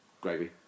Gravy